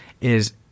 is-